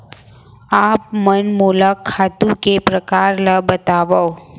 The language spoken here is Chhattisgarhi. आप मन मोला खातू के प्रकार ल बतावव?